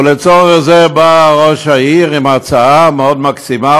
ולצורך זה בא ראש העיר עם הצעה מאוד מקסימה,